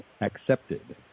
Accepted